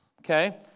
Okay